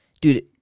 Dude